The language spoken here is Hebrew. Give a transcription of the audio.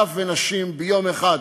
טף ונשים ביום אחד,